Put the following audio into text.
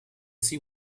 see